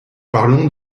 parlons